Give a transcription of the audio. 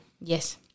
yes